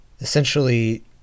essentially